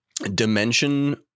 dimension